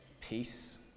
peace